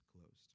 closed